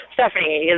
Stephanie